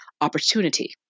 opportunity